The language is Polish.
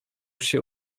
się